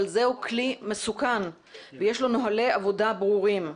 זהו כלי מסוכן ויש לו נהלי עבודה ברורים.